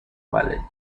wallet